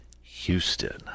Houston